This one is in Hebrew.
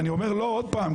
ואני אומר עוד פעם,